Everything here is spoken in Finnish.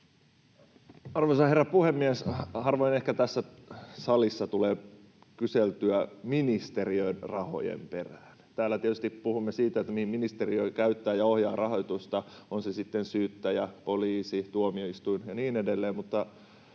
Arvoisa herra puhemies! Harvoin ehkä tässä salissa tulee kyseltyä ministeriön rahojen perään. Täällä tietysti puhumme siitä, mihin ministeriö käyttää ja ohjaa rahoitusta, on se sitten syyttäjä, poliisi, tuomioistuin ja niin edelleen,